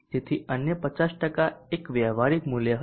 તેથી અન્ય 85 ટકા એક વ્યવહારિક મૂલ્ય હશે